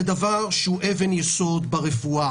זה אבן יסוד ברפואה.